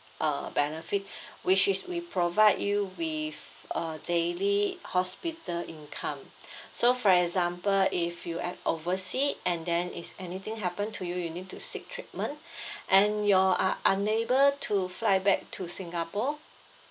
uh benefit which is we provide you with uh daily hospital income so for example if you're at overseas and then if anything happened to you you need to seek treatment and you're un~ unable to fly back to singapore